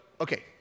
okay